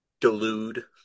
delude